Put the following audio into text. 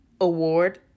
Award